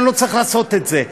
אני לא צריך לעשות את זה.